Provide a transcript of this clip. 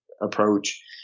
approach